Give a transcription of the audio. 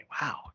Wow